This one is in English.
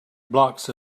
blocks